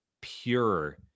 pure